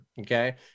Okay